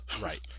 Right